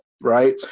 right